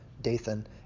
Dathan